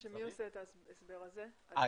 שמי עושה את ההסבר הזה, המשרד?